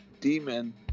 demon